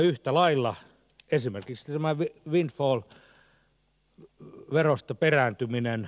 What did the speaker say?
yhtä lailla esimerkiksi tämä windfall verosta perääntyminen